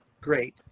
great